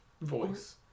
Voice